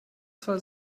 zwei